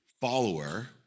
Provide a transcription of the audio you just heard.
follower